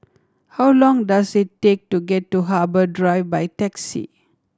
how long does it take to get to Harbour Drive by taxi